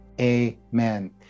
Amen